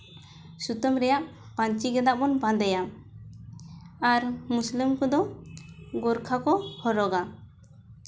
ᱥᱩᱛᱟᱹᱢ ᱨᱮᱭᱟᱜ ᱯᱟᱹᱧᱪᱤ ᱜᱮᱸᱫᱟᱜ ᱵᱚᱱ ᱵᱟᱸᱫᱮᱭᱟ ᱟᱨ ᱢᱩᱥᱞᱟᱹ ᱠᱚᱫᱚ ᱜᱳᱨᱠᱷᱟ ᱠᱚ ᱦᱚᱨᱚᱜᱟ